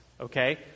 okay